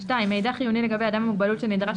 מידע חיוני לגבי אדם עם מוגבלות שנדרש